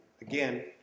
again